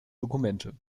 dokumente